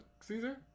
Caesar